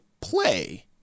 play